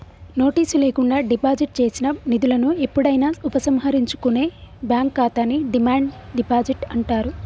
notice లేకుండా deposit చేసిన నిధులను ఎప్పుడైనా ఉపసంహరించుకునే బ్యాంక్ ఖాతాని డిమాండ్ డిపాజిట్ అంటారు